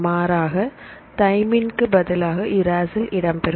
மாறாக தைமின்க்கு பதிலாக உராசில் இடம்பெரும்